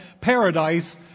paradise